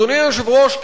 אדוני היושב-ראש,